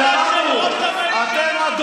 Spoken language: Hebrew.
הרי אמרנו, אתה חוזר על השטויות של ראש הממשלה.